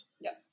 Yes